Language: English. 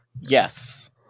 yes